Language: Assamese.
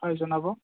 হয় জনাব